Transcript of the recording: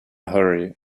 hurry